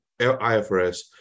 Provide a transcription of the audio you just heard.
IFRS